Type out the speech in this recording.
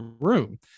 room